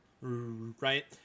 right